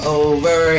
over